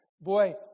boy